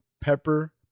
Pepper